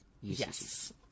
Yes